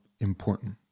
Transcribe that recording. important